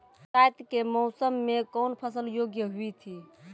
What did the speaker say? बरसात के मौसम मे कौन फसल योग्य हुई थी?